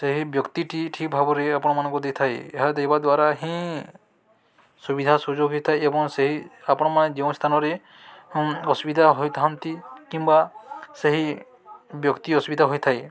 ସେହି ବ୍ୟକ୍ତିଟି ଠିକ୍ ଭାବରେ ଆପଣମାନଙ୍କୁ ଦେଇଥାଏ ଏହା ଦେବା ଦ୍ୱାରା ହିଁ ସୁବିଧା ସୁଯୋଗ ହୋଇଥାଏ ଏବଂ ସେହି ଆପଣମାନେ ଯେଉଁ ସ୍ଥାନରେ ଅସୁବିଧା ହୋଇଥାନ୍ତି କିମ୍ବା ସେହି ବ୍ୟକ୍ତି ଅସୁବିଧା ହୋଇଥାଏ